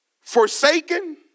forsaken